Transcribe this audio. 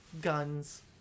guns